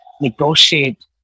negotiate